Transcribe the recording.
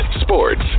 sports